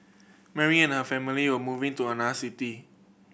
Mary and her family were moving to another city